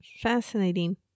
Fascinating